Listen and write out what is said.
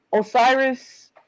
Osiris